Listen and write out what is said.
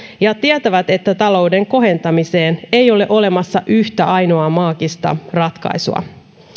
ja tietävät että talouden kohentamiseen ei ole olemassa yhtä ainoaa maagista ratkaisua